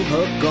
Hook